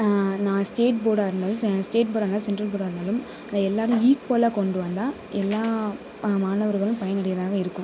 நான் ஸ்டேட் போர்டாக இருந்தாலும் ஸ ஸ்டேட் போர்டாக இருந்தாலும் சென்ட்ரல் போர்டாக இருந்தாலும் அதை எல்லோரும் ஈக்குவலாக கொண்டு வந்தால் எல்லா மாணவர்களும் பயனுடையதாக இருக்கும்